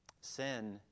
Sin